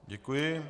Děkuji.